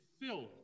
filled